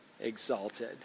exalted